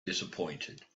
disappointed